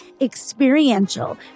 experiential